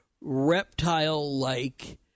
reptile-like